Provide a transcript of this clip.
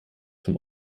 vom